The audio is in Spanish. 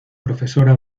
profesora